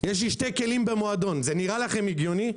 יש לי שני כלים במועדון, זה נראה לכם הגיוני?